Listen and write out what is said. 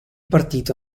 partito